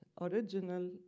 original